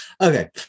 Okay